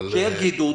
שיגידו,